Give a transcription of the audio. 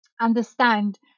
understand